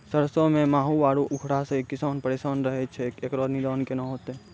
सरसों मे माहू आरु उखरा से किसान परेशान रहैय छैय, इकरो निदान केना होते?